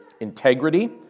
integrity